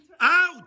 out